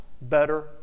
Better